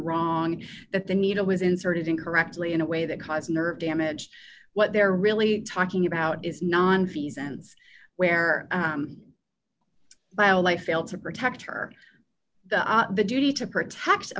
wrong that the needle was inserted incorrectly in a way that caused nerve damage what they're really talking about is nonfeasance where by a life failed to protect her the duty to protect a